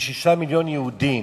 עם 6 מיליוני יהודים,